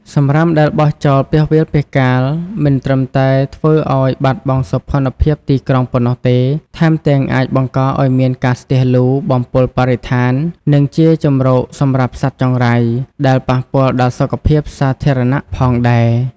សំរាមដែលបោះចោលពាសវាលពាសកាលមិនត្រឹមតែធ្វើឲ្យបាត់បង់សោភ័ណភាពទីក្រុងប៉ុណ្ណោះទេ ថែមទាំងអាចបង្កឲ្យមានការស្ទះលូ បំពុលបរិស្ថាន និងជាជម្រកសម្រាប់សត្វចង្រៃ ដែលប៉ះពាល់ដល់សុខភាពសាធារណៈផងដែរ។